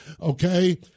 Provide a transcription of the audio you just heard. Okay